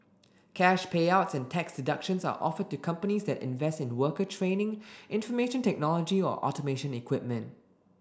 cash payouts and tax deductions are offered to companies that invest in worker training information technology or automation equipment